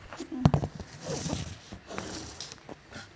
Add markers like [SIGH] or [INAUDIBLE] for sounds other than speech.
[NOISE]